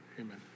Amen